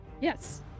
Yes